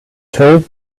told